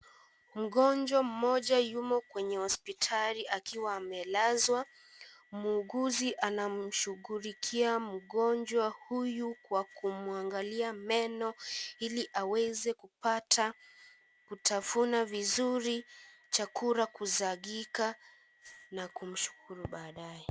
Mgonjwa mmoja yumo kwenye hospitali akiwa amelazwa. Muuguzi anamshughulikia mgonjwa huyu kwa kumwangalia meno hili aweze kupata kutafuna vizuri chakula kusagiga na kumshukuru baadae.